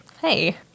Hey